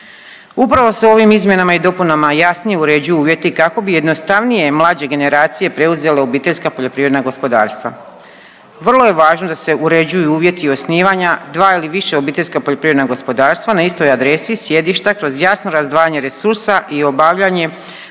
Upravo se ovim izmjenama i dopunama jasnije uređuju uvjeti kako bi jednostavnije mlađe generacije preuzele obiteljska poljoprivredna gospodarstva. Vrlo je važno da se uređuju uvjeti osnivanja dva ili više obiteljska poljoprivredna gospodarstva na istoj adresi sjedišta kroz jasno razdvajanje resursa i obavljanje